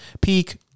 peak